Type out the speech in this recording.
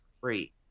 free